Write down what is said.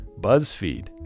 BuzzFeed